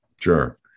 Sure